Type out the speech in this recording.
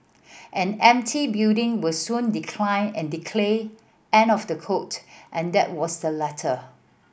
an empty building will soon decline and end of the quote and that was the letter